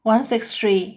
one six three